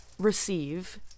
receive